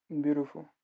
Beautiful